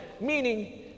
meaning